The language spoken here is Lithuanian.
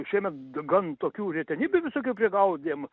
šiemet gan tokių retenybių visokių prigaudėm